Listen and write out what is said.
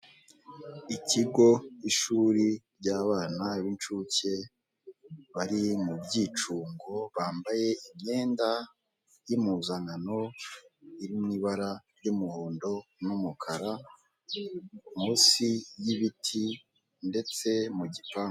Ikigo, ishuri ry'abana b'incuke bari mu byicungo, bambaye imyenda y'impuzankano iri mu ibara ry'umuhondo n'umukara. Munsi y'ibiti ndetse mu gipangu...